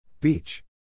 Beach